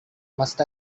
must